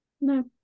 No